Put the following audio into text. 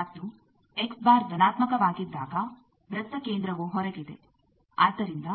ಮತ್ತು ಧನಾತ್ಮಕವಾಗಿದ್ದಾಗ ವೃತ್ತ ಕೇಂದ್ರವು ಹೊರಗಿದೆ ಆದ್ದರಿಂದ